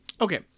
Okay